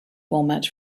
format